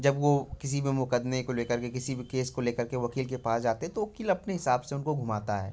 जब वो किसी भी मुकदमे को लेकर कर के किसी भी केस को लेकर के वकील के पास जाते है तो वकील अपने हिसाब से उनको घुमाता है